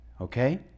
Okay